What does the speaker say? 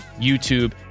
YouTube